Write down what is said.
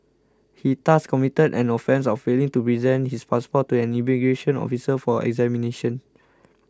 he thus committed an offence of failing to present his passport to an immigration officer for examination